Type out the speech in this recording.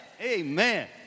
Amen